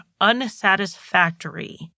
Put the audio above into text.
unsatisfactory